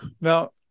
Now